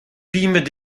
pegement